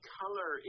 color